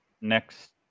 next